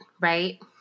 right